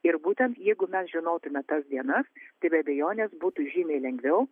ir būtent jeigu mes žinotume tas dienas tai be abejonės būtų žymiai lengviau